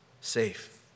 safe